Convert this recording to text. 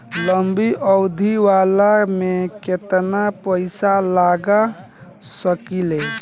लंबी अवधि वाला में केतना पइसा लगा सकिले?